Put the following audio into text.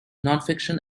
nonfiction